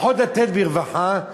פחות לתת ברווחה,